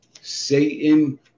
Satan